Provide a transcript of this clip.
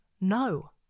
no